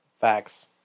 Facts